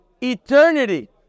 eternity